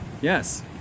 Yes